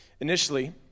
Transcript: Initially